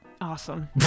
Awesome